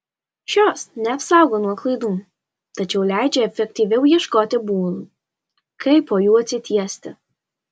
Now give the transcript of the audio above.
šios neapsaugo nuo klaidų tačiau leidžia efektyviau ieškoti būdų kaip po jų atsitiesti